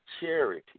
Charity